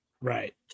Right